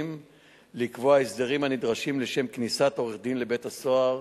לקבוע הסדרים הנדרשים לשם כניסת עורך-דין לבית-הסוהר